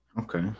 Okay